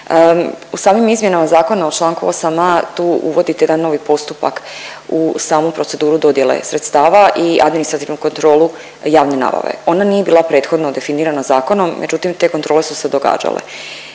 U samim izmjenama zakona u čl. 8a. tu uvodite jedan novi postupak u samu proceduru dodjelu sredstava i administrativnu kontrolu javne nabave. Ona nije bila prethodno definirana zakonom, međutim te kontrole su se događale.